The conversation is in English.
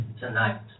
tonight